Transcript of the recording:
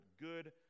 good